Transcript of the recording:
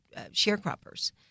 sharecroppers